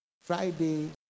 Friday